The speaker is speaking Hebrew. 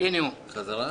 חבר אחד: